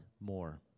more